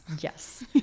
Yes